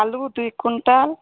ଆଲୁ ଦୁଇ କୁଇଣ୍ଟାଲ୍